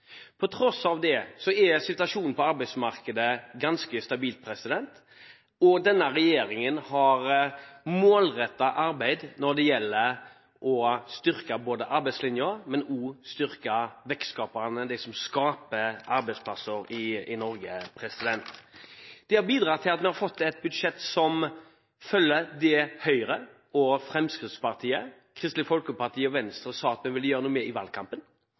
På tross av det er situasjonen på arbeidsmarkedet ganske stabil, og denne regjeringen har målrettet arbeidet med å styrke både arbeidslinjen og vekstskaperne, de som skaper arbeidsplasser i Norge. Det har bidratt til at vi har fått et budsjett som følger opp det Høyre, Fremskrittspartiet, Kristelig Folkeparti og Venstre i valgkampen sa at de ville gjøre noe med, nemlig å styrke arbeidsplassene og det private eierskapet i